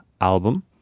album